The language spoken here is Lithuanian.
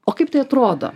o kaip tai atrodo